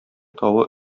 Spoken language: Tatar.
тавы